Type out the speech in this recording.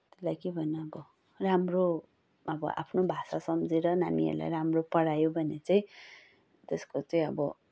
त्यसलाई के भन्नु अब राम्रो अब आफ्नो भाषा सम्झेर नानीहरूलाई राम्रो पढायो भने चाहिँ त्यसको चाहिँ अब